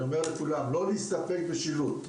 אני אומר לכולם לא להסתפק בשילוט,